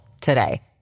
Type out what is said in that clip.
today